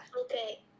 Okay